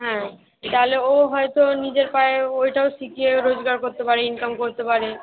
হ্যাঁ তাহলে ও হয়তো নিজের পায়ে ওইটাও শিখিয়ে রোজগার করতে পারে ইনকাম করতে পারে